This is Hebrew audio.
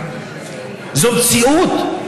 זאת מציאות,